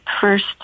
first